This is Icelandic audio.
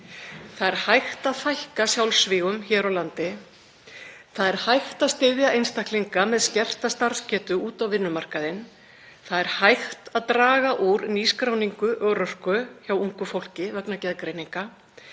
Það er hægt að fækka sjálfsvígum hér á landi. Það er hægt að styðja einstaklinga með skerta starfsgetu út á vinnumarkaðinn. Það er hægt að draga úr nýskráningu örorku hjá ungu fólki vegna geðgreininga